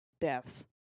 deaths